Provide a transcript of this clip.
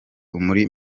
muri